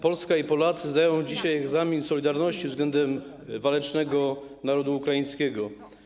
Polska i Polacy zdają dzisiaj egzamin z solidarności względem walecznego narodu ukraińskiego.